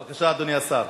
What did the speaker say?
בבקשה, אדוני השר.